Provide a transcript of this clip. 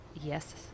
yes